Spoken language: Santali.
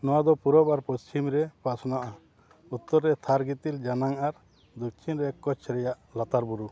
ᱱᱚᱣᱟᱫᱚ ᱯᱩᱨᱩᱵᱽ ᱟᱨ ᱯᱚᱥᱪᱤᱢ ᱨᱮ ᱯᱟᱥᱱᱟᱜ ᱩᱛᱛᱚᱨ ᱨᱮ ᱛᱷᱟᱨ ᱜᱤᱛᱤᱞ ᱡᱚᱞᱟᱝ ᱟᱨ ᱫᱚᱠᱠᱷᱤᱱ ᱠᱚᱪᱪᱷ ᱨᱮᱭᱟᱜ ᱞᱟᱛᱟᱨ ᱵᱩᱨᱩ